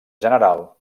general